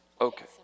Okay